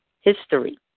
history